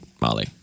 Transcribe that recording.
Molly